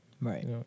Right